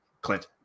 Clint